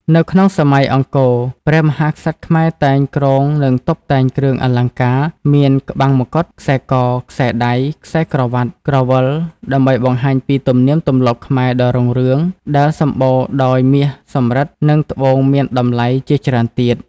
នៅក្នុងសម័យអង្គរព្រះមហាក្សត្រខ្មែរតែងគ្រងនិងតុបតែងគ្រឿងអលង្ការមានក្បាំងមកុដ ខ្សែក ខ្សែដៃ ខ្សែក្រវាត់ ក្រវិលដើម្បីបង្ហាញពីទំនៀមទម្លាប់ខ្មែរដ៏រុងរឿងដែលសំបូរដោយមាសសំរិទ្ធនិងត្បូងមានតម្លៃជាច្រើនទៀត។